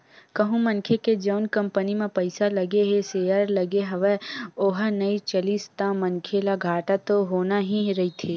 कहूँ मनखे के जउन कंपनी म पइसा लगे हे सेयर लगे हवय ओहा नइ चलिस ता मनखे ल घाटा तो होना ही रहिथे